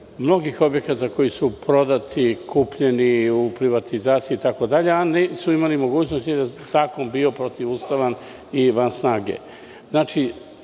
mnogih objekata koji su prodati, kupljeni u privatizaciji itd, a nisu imali mogućnost jer je zakon bio protivustavan i van snage.